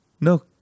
No